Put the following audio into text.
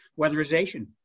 weatherization